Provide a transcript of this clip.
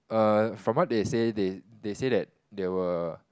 err from what they said they they said that they will